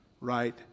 right